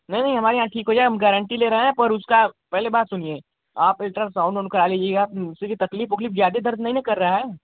नहीं नहीं हमारे यहाँ की कोई अब गारंटी ले रहे हैं पर उसका पहले बात सुनिये आप अल्ट्रसाउन्ड वाउन्ड करा लिजिएगा जो भी तकलीफ़ होगी ज़्यादा दर्द नहीं न कर रहा है